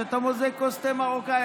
כשאתה מוזג כוס תה מרוקאי,